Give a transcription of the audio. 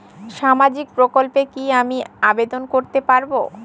সামাজিক প্রকল্পে কি আমি আবেদন করতে পারবো?